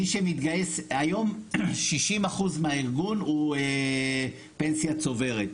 מי שמתגייס היום, 60% מהארגון הוא פנסיה צוברת.